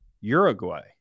Uruguay